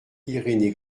irénée